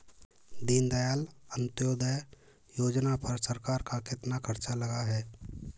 दीनदयाल अंत्योदय योजना पर सरकार का कितना खर्चा लगा है?